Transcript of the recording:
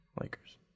Lakers